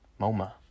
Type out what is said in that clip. Moma